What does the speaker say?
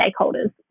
stakeholders